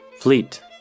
Fleet